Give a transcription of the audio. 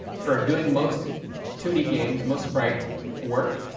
for doing most two d games, most sprite work,